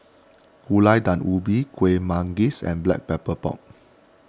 Gulai Daun Ubi Kuih Manggis and Black Pepper Pork